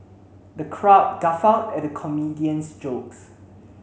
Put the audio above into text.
the crowd guffawed at the comedian's jokes